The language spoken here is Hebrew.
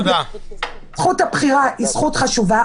זכות הבחירה היא זכות חשובה,